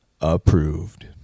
approved